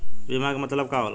बीमा के मतलब का होला?